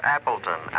Appleton